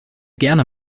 gerne